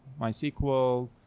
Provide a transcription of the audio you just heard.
MySQL